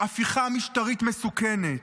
הפיכה משטרית מסוכנת.